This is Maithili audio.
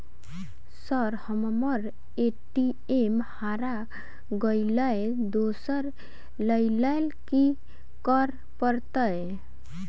सर हम्मर ए.टी.एम हरा गइलए दोसर लईलैल की करऽ परतै?